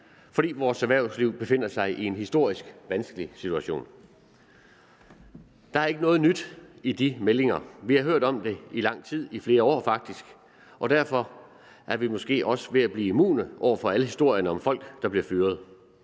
fordi vores erhvervsliv befinder sig i en historisk vanskelig situation. Der er ikke noget nyt i de meldinger. Vi har hørt om det i lang tid, faktisk i flere år. Derfor er vi måske også ved at blive immune over for alle historierne om folk, der bliver fyret.